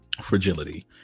fragility